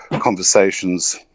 conversations